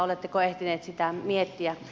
oletteko ehtineet sitä miettiä